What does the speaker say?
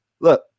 Look